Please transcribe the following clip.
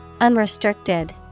Unrestricted